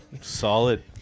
Solid